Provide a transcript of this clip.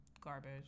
Garbage